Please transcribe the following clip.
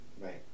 Right